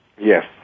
yes